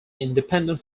independent